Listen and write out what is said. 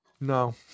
no